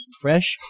Fresh